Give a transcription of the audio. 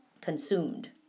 Consumed